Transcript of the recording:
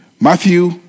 Matthew